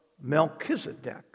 Melchizedek